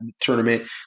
tournament